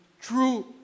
true